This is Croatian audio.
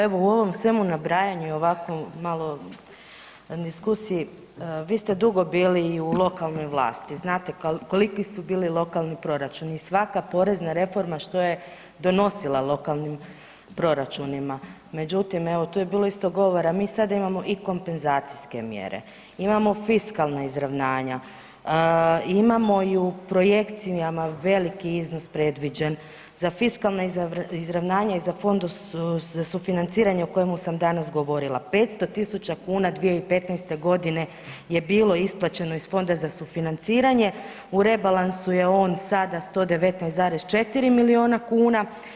Evo u ovom svemu nabrajanju u diskusiji vi ste dugo bili i u lokalnoj vlasti, znate koliki su bili lokalni proračuni i svaka porezna reforma što je donosila lokalnim proračunima, međutim evo tu je isto bilo govora, mi sada imamo i kompenzacijske mjere, imamo fiskalna izravnanja, imamo i u projekcijama veliki iznos predviđen za fiskalna izravnanja i za fond za sufinanciranje o kojemu sam danas govorila 500.000 kune 2015. je bilo isplaćeno iz Fonda za sufinanciranje u rebalansu je on sada 119,4 milijuna kuna.